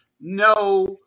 No